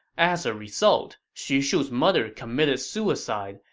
as a result, xu shu's mother committed suicide,